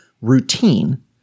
routine